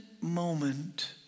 moment